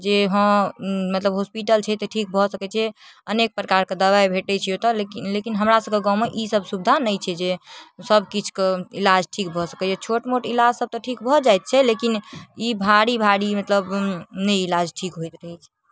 जे हँ मतलब हॉस्पिटल छै तऽ ठीक भऽ सकै छै अनेक प्रकारके दबाइ भेटै छै ओतऽ लेकिन हमरा सबके गाँवमे ईसब सुविधा नहि छै जे सबकिछुके ईलाज ठीक भऽ सकैया छोटमोट ईलाज सब तऽ ठीक भऽ जाइ छै लेकिन ई भारी भारी मतलब नहि ईलाज ठीक होइत रहै छै